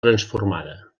transformada